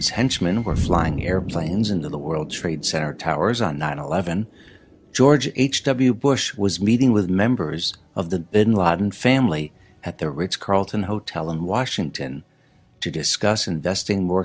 his henchmen were flying airplanes into the world trade center towers on nine eleven george h w bush was meeting with members of the bin laden family at the ritz carlton hotel in washington to discuss investing more